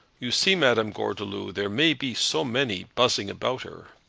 you see, madame gordeloup, there may be so many buzzing about her.